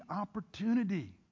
opportunity